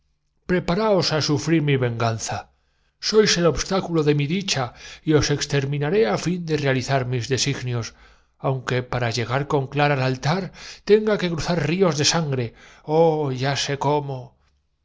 frir mi venganza sois el obstáculo de mi dicha y os destino pero serás mi mujer aunque para ello tenga exterminaré á fin de realizar mis designios aunque que ir hasta el crimen para llegar con clara al altar tenga que cruzar ríos de es inútil repuso la atrevida maritornes si sangre ah ya sé cómo